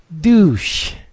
douche